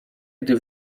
gdy